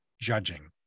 judging